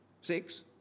Six